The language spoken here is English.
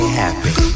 happy